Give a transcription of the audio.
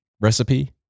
recipe